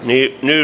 niin ne